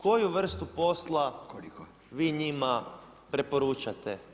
Koju vrstu posla vi njima preporučate?